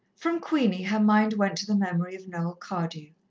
from queenie, her mind went to the memory of noel cardew,